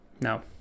No